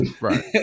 Right